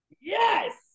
Yes